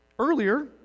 Earlier